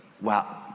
wow